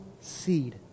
seed